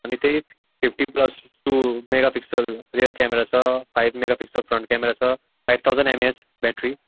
अनि त्यइ fifty plus two mega pixel rear camera छ five mega pixel front camera छ फाइभ थाउजन एमएएच ब्याट्री